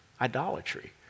idolatry